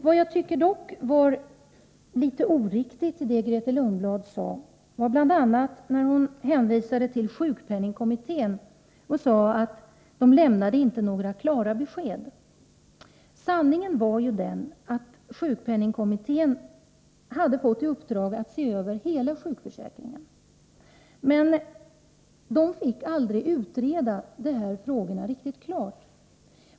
Vad jag dock tycker var litet oriktigt var bl.a. att Grethe Lundblad hänvisade till sjukpenningkommittén och sade att den inte lämnat några klara besked. Sanningen är ju den att sjukpenningkommittén fått i uppdrag att se över hela sjukförsäkringen. Kommittén fick emellertid aldrig utreda dessa frågor riktigt fullständigt.